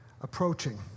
approaching